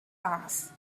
asked